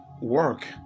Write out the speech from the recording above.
work